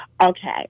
Okay